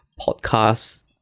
podcast